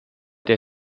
der